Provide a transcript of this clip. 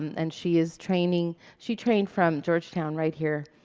and she is training she trained from georgetown, right here,